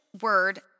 word